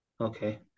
Okay